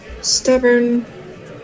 stubborn